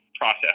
Process